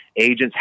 agents